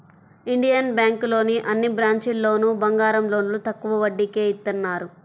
Indian బ్యేంకులోని అన్ని బ్రాంచీల్లోనూ బంగారం లోన్లు తక్కువ వడ్డీకే ఇత్తన్నారు